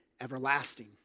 everlasting